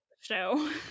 show